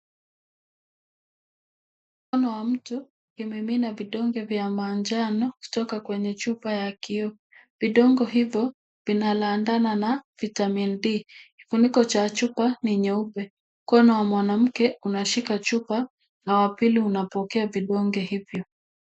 Mkono wa mtu ukimimina vidonge vya manjano kutoka kwenye chupa ya kioo, vidonge hivyo vina landana na vitamin D , kifuniko cha chupa ni nyeupe mkono wa mwanamke unashika chupa na wa pili unapokea vidonge hivyo.